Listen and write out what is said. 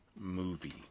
movie